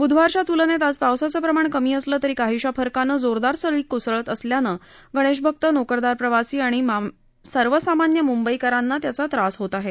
ब्धवारच्या तुलनेत आज पावसाचे प्रमाण कमी असले तरी काहीशा फरकानं जोरदार सरी कोसळत असल्याने गणेश भक्त नोकरदार प्रवासी आणि सर्वसामान्य मुंबईकरांना त्याचा त्रास होत आहे